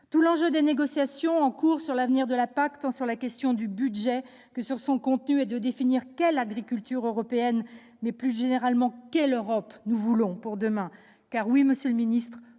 Tout l'enjeu des négociations en cours sur l'avenir de la PAC, sur la question tant du budget que de son contenu, est de définir quelle agriculture européenne, mais, plus généralement, quelle Europe nous voulons pour demain. Car, oui, monsieur le ministre,